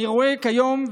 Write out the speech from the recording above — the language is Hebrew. אני רואה כיום,